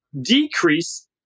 decrease